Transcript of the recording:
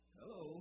Hello